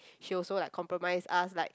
she also like compromise us like